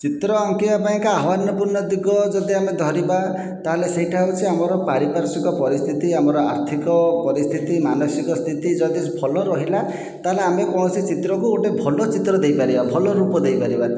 ଚିତ୍ର ଆଙ୍କିବା ପାଇଁକା ଆହ୍ୱାନପୂର୍ଣ୍ଣ ଦିଗ ଯଦି ଆମେ ଧରିବା ତା'ହେଲେ ସେହିଟା ହେଉଛି ଆମର ପାରିପାର୍ଶ୍ଵିକ ପରିସ୍ଥିତି ଆମର ଆର୍ଥିକ ପରିସ୍ଥିତି ମାନସିକ ସ୍ଥିତି ଯଦି ଭଲ ରହିଲା ତା'ହେଲେ ଆମେ କୌଣସି ଚିତ୍ରକୁ ଗୋଟିଏ ଭଲ ଚିତ୍ର ଦେଇପାରିବା ଭଲ ରୂପ ଦେଇପାରିବା